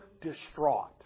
distraught